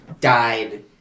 died